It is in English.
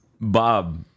Bob